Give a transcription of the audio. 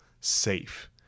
safe